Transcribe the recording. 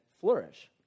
flourish